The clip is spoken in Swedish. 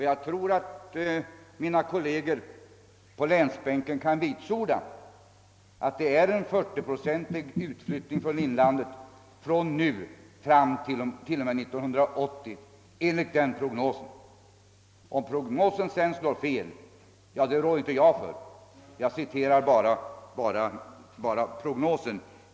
Jag tror att mina kolleger på länsbänken kan vitsorda att det blir en 40-procentig utflyttning från inlandet från nu fram till år 1980 enligt den prognosen. Om denna sedan slår fel rår inte jag för det, jag bara citerar den.